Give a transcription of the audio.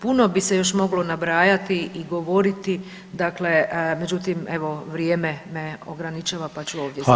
Puno bi se još moglo nabrajati i govoriti, dakle, međutim, evo vrijeme me ograničava, pa ću ovdje završiti.